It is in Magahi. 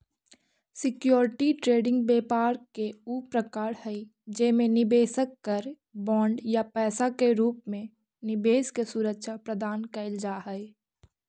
सिक्योरिटी ट्रेडिंग व्यापार के ऊ प्रकार हई जेमे निवेशक कर बॉन्ड या पैसा के रूप में निवेश के सुरक्षा प्रदान कैल जा हइ